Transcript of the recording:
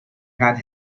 had